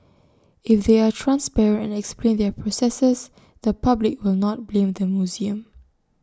if they are transparent and explain their processes the public will not blame the museum